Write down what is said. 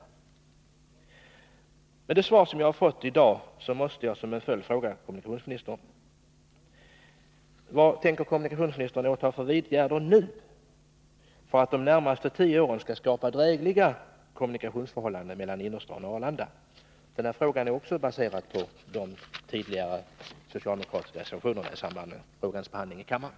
Efter det svar som jag har fått i dag, måste jag fråga kommunikationsministern: Vilka åtgärder tänker kommunikationsministern vidta nu för att det de närmaste tio åren skall skapas drägliga kommunikationer mellan innerstaden och Arlanda? Den frågan är också baserad på de socialdemokratiska reservationerna i samband med frågans tidigare behandling i kammaren.